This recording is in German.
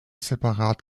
separat